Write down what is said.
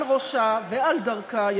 על ראשה ועל דרכה,